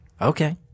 Okay